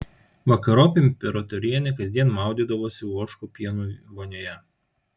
vakarop imperatorienė kasdien maudydavosi ožkų pieno vonioje